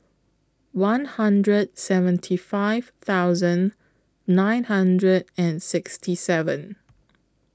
one hundred seventy five thousand nine hundred and sixty seven